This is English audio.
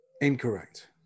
Incorrect